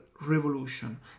revolution